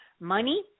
money